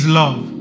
love